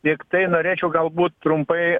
tiktai norėčiau galbūt trumpai